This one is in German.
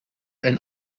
ein